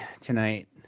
tonight